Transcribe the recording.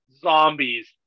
Zombies